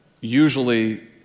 usually